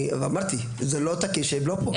אני אמרתי, זה לא תקין שהם לא פה.